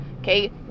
okay